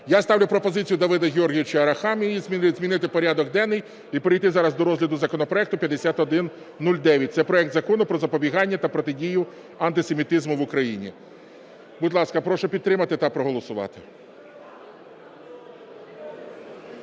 Я ставлю пропозицію Давида Георгійовича Арахамії змінити порядок денний і перейти зараз до розгляду законопроекту 5109, це проект Закону про запобігання та протидію антисемітизму в Україні. Будь ласка, прошу підтримати та проголосувати.